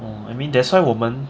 oh I mean that's why 我们